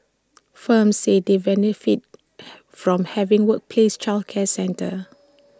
firms said they benefit from having workplace childcare centres